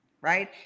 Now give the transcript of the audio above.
right